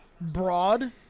broad